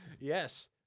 Yes